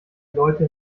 leute